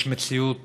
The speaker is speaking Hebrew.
יש מציאות